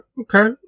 okay